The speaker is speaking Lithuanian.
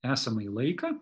esamąjį laiką